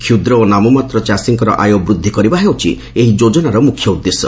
କ୍ଷୁଦ୍ର ଓ ନାମମାତ୍ର ଚାଷୀଙ୍କର ଆୟ ବୃଦ୍ଧି କରିବା ହେଉଛି ଏହି ଯୋଜନାର ମୁଖ୍ୟ ଉଦ୍ଦେଶ୍ୟ